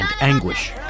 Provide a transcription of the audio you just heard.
anguish